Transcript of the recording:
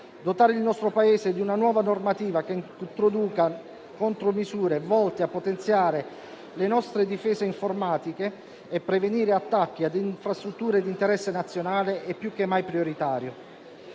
Dotare il nostro Paese di una nuova normativa che introduca contromisure volte a potenziare le nostre difese informatiche e prevenire attacchi ad infrastrutture di interesse nazionale è più che mai prioritario.